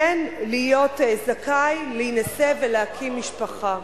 כן להיות זכאים להינשא ולהקים משפחה.